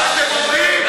אתם אומרים?